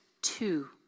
two